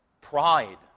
pride